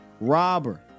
robber